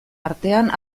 artean